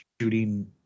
shooting